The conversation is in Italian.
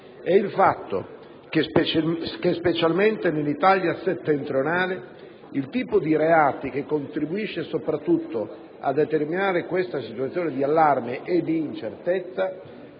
e il fatto che, specialmente nell'Italia settentrionale, il tipo di reati che contribuisce soprattutto a determinare questa situazione di allarme e di incertezza